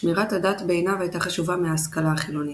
שמירת הדת בעיניו הייתה חשובה מההשכלה החילונית.